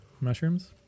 Mushrooms